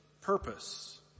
purpose